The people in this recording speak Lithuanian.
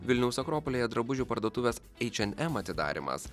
vilniaus akropolyje drabužių parduotuvės eičen em atidarymas